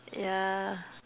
yeah